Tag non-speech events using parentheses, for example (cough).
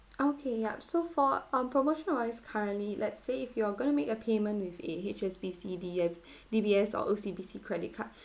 okay yup so for um promotion wise currently let say if you are going to make a payment with a H_S_B_C D F D_B_S or O_C_B_C credit card (breath)